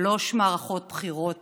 שלוש מערכות בחירות